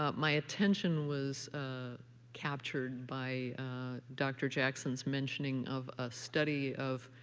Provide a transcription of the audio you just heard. ah my attention was captured by doctor jackson's mentioning of a study of